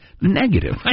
negative